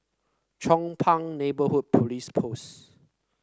Chong Pang Neighbourhood Police Post